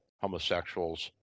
homosexuals